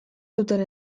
zuten